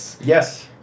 Yes